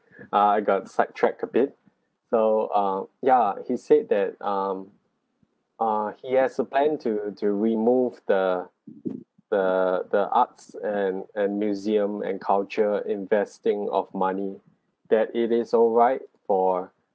ah I got side track a bit so uh ya he said that um ah he has a plan to to remove the the the arts and and museum and culture investing of money that it is alright for